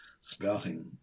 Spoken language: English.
spouting